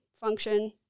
function